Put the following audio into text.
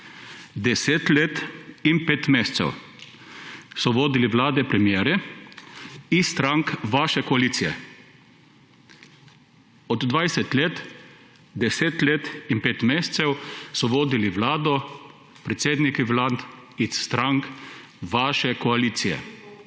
odgovorim. Pet mesecev so vodili vlade premierji iz strank vaše koalicije. Od 20 let so 10 let in pet mesecev vodili vlado predsedniki vlad iz strank vaše koalicije.